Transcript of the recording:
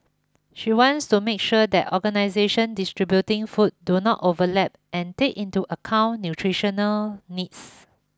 she wants to make sure that organisation distributing food do not overlap and take into account nutritional needs